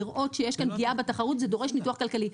לראות שיש כאן פגיעה בתחרות זה דורש ניתוח כלכלי.